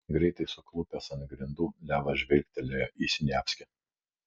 greitai suklupęs ant grindų levas žvilgtelėjo į siniavskį